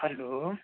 hello